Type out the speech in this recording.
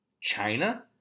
China